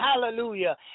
hallelujah